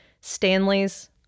Stanley's